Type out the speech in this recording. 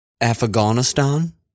Afghanistan